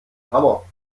hammer